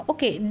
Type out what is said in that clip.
Okay